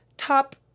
top